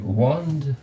wand